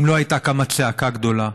לא הייתה קמה צעקה גדולה.